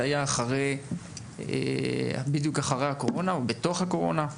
זה היה אחרי בדיוק אחרי הקורונה או בתוך הקורונה,